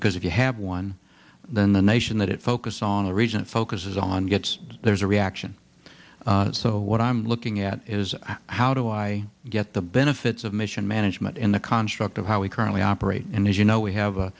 because if you have one then the nation that it focus on a region focuses on gets there's a reaction so what i'm looking at is how do i get the benefits of mission management in the construct of how we currently operate and as you know we have a